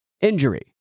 injury